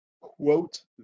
quote